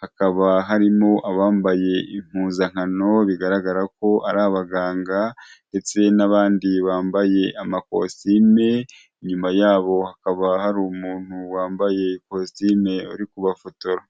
hakaba harimo abambaye impuzankano bigaragara ko ari abaganga ndetse n'abandi bambaye amakositime inyuma yabo hakaba hari umuntu wambaye ikositime uri kubafotora.